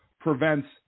prevents